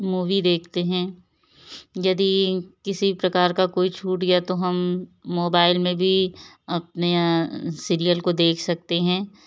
movie देखते हैं यदि किसी प्रकार का कोई छूट गया तो हम मोबाईल में भी अपने या सीरियल को देख सकते हैं